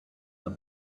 the